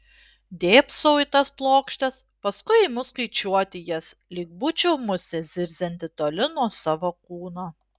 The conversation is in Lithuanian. dėbsau į tas plokštes paskui imu skaičiuoti jas lyg būčiau musė zirzianti toli nuo savo kūno